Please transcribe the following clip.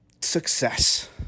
success